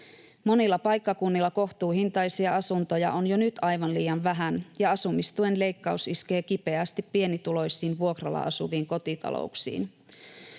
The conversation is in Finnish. Monilla paikkakunnilla kohtuuhintaisia asuntoja on jo nyt aivan liian vähän, ja asumistuen leikkaus iskee kipeästi pienituloisiin, vuokralla asuviin kotitalouksiin.